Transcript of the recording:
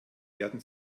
werden